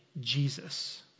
Jesus